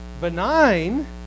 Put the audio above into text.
Benign